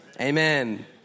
Amen